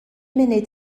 munud